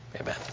Amen